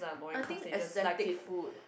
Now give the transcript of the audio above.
I think aesthetic food